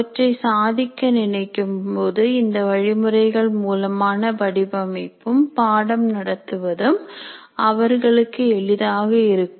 அவற்றை சாதிக்க நினைக்கும் போது இந்த வழிமுறைகள் மூலமான வடிவமைப்பும் பாடம் நடத்துவதும் அவர்களுக்கு எளிதாக இருக்கும்